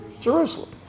Jerusalem